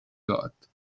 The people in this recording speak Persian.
داد